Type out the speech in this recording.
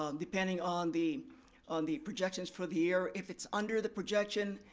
um depending on the on the projections for the year, if it's under the projection,